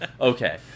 Okay